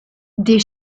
des